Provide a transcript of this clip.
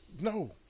No